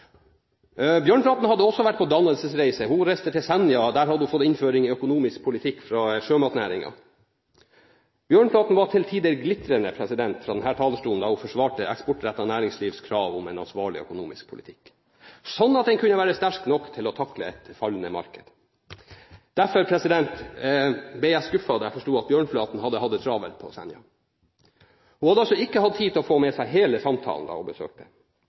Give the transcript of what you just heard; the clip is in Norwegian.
Bjørnflaten hadde også vært på dannelsesreise. Hun reiste til Senja, og der hadde hun fått en innføring i økonomisk politikk fra sjømatnæringens folk. Bjørnflaten var til tider glitrende fra denne talerstolen da hun forsvarte eksportrettet næringslivs krav om en ansvarlig økonomisk politikk slik at den kunne være sterk nok til å takle et fallende marked. Derfor ble jeg skuffet da jeg forsto at Bjørnflaten hadde hatt det travelt på Senja. Hun hadde altså ikke hatt tid til å få med seg hele samtalen da hun besøkte